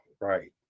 right